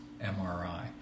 MRI